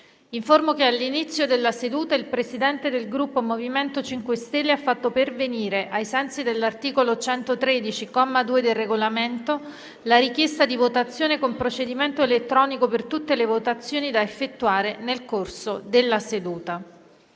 che all'inizio della seduta il Presidente del Gruppo MoVimento 5 Stelle ha fatto pervenire, ai sensi dell'articolo 113, comma 2, del Regolamento, la richiesta di votazione con procedimento elettronico per tutte le votazioni da effettuare nel corso della seduta.